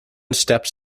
steps